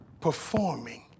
performing